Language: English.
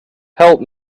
help